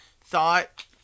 thought